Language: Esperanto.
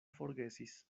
forgesis